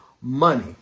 money